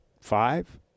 five